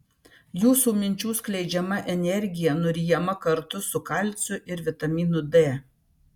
jūsų minčių skleidžiama energija nuryjama kartu su kalciu ir vitaminu d